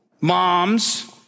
moms